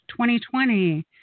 2020